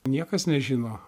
niekas nežino